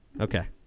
okay